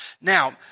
Now